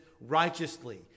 righteously